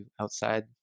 outside